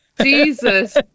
jesus